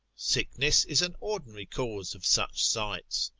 sickness is an ordinary cause of such sights.